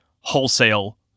wholesale